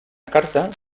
carta